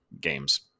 games